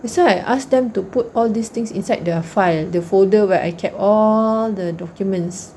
that's why I ask them to put all these things inside their file the folder where I kept all the documents